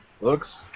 Looks